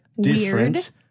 different